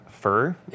fur